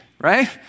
right